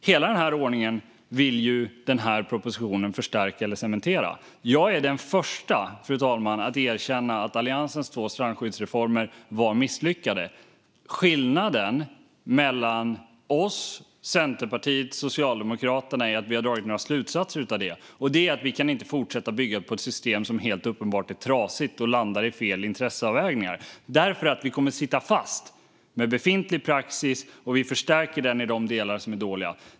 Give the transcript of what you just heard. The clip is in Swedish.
Hela den här ordningen vill man genom propositionen förstärka eller cementera. Jag är den förste, fru talman, att erkänna att Alliansens två strandskyddsreformer var misslyckade. Skillnaden mellan oss och Centerpartiet och Socialdemokraterna är att vi har dragit några slutsatser av detta: Vi kan inte fortsätta att bygga på ett system som helt uppenbart är trasigt och som landar i fel intresseavvägningar. Vi kommer då att sitta fast med befintlig praxis, och vi förstärker den i de delar som är dåliga.